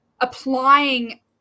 applying